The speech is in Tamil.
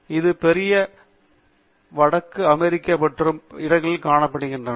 பீவர்ஸ் இந்த பெரிய கொறித்துண்ணிகள் வடக்கு அமெரிக்கா மற்றும் பல இடங்களில் காணப்படுகின்றன